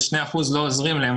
ה-2 אחוזים לא עוזרים להם.